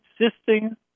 existing